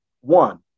One